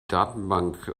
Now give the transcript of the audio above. datenbank